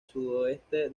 sudoeste